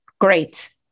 Great